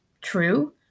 true